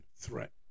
threat